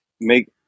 make